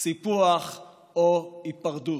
סיפוח או היפרדות?